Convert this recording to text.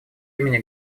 имени